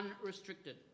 unrestricted